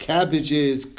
Cabbages